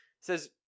says –